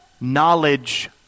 knowledge